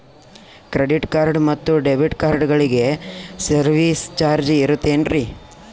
Credit card ಮತ್ತು debit ಕಾರ್ಡಗಳಿಗೆ service charge ಇರುತೇನ್ರಿ?